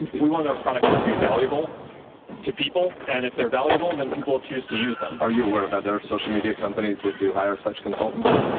we want our products to be valuable to people and if they're valuable then people choose to use them. are you aware of other social media companies that do hire consultants.